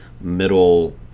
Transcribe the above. middle